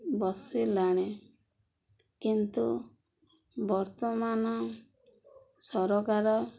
ବସିଲାଣି କିନ୍ତୁ ବର୍ତ୍ତମାନ ସରକାର